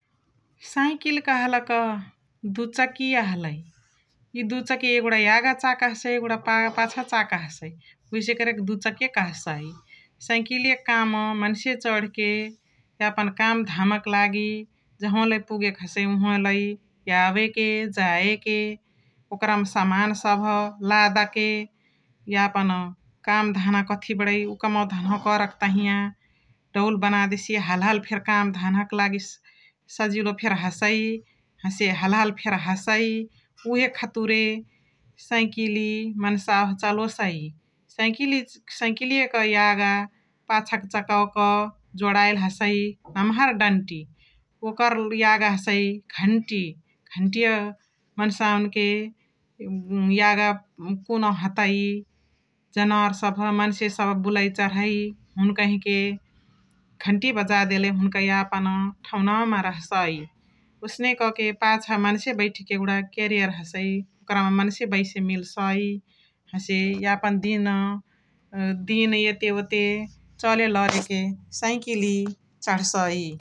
साइकिल कहलका दुचकिया हलइ । इ दुचकिया यगुडा याग चाका हसइ यगुडा पाचाका चाका हसइ उहेसे एकरा के दुचकिया कह्सइ । सइकिलिय क काम मन्से चड्के यापन काम धामका लागी जहवालय पुगके हसइ उहुवालय यावेके जाइके ओकरमा समान सभ लदके यापन काम धाना कथी बणै उव कमवा धमवा करके तहिया दौल बनादेसिय हल्हलालि फेरी काम धाना क लाही सजिलो फेरी हसइ हसे हल्हाली फेरी हसइ । उहे खतुरे सइकिली मन्सावाह चलोसइ । सइकिली सइकिलियाक यागा पाचा क चकवाक जोणैली हसइ नम्हर दन्टी ओकर याग हसइ घटी । घटियाह मन्सावान के यागा कुनुहु हतइ जनावोर सभ मन्से सभ बुलइ चारहइ हुनुकहिके घन्तिया बजादेले हुनुका यापन ठौनावामा रह्सइ । ओसने क के पाचा मन्से बाइठ्के यगुडा केरियार हसइ ओकरम मन्से बइसे मिल्सइ हसे यापन दिना दिन एतेवोते चलेरलके सइकिली चढ्सइ ।